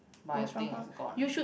but I think is gone